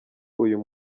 uyu